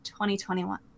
2021